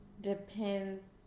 depends